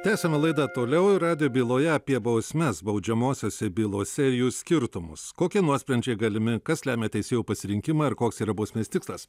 tęsiame laidą toliau ir radijo byloje apie bausmes baudžiamosiose bylose ir jų skirtumus kokie nuosprendžiai galimi kas lemia teisėjų pasirinkimą ir koks yra bausmės tikslas